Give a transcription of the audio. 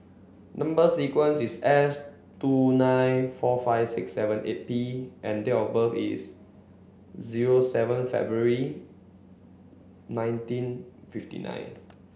number sequence is S two nine four five six seven eight P and date of birth is zero seven February nineteen fifty nine